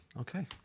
Okay